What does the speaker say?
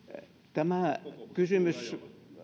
tämä kysymys